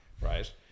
right